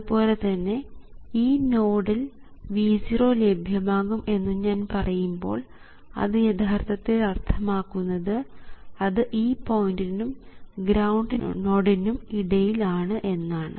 അതുപോലെതന്നെ ഈ നോഡ് ൽ V0 ലഭ്യമാകും എന്നു ഞാൻ പറയുമ്പോൾ അത് യഥാർത്ഥത്തിൽ അർത്ഥമാക്കുന്നത് അത് ഈ പോയിൻറ്നും ഗ്രൌണ്ട് നോഡിനും ഇടയിൽ ആണ് എന്നാണ്